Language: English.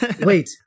Wait